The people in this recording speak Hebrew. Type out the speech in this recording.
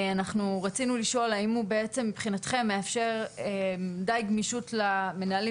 אנחנו רצינו לשאול האם הוא בעצם מבחינתכם מאפשר די גמישות למנהלים